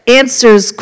answers